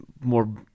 more